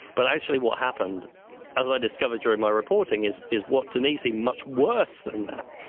but actually what happened as i discovered during my reporting is is what to me seemed much worse than that,